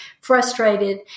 frustrated